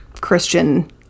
Christian